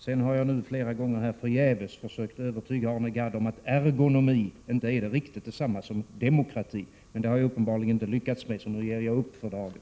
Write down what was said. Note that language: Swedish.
Jag har här flera gånger förgäves försökt övertyga Arne Gadd om att ergonomi inte är riktigt detsamma som demokrati. Det har jag uppenbarligen inte lyckats med, så nu ger jag upp för dagen.